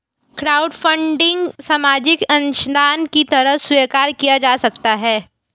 crowdfunding सामाजिक अंशदान की तरह स्वीकार किया जा सकता है